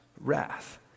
wrath